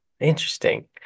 Interesting